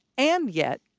and yet,